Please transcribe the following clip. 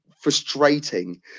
frustrating